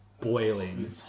Boiling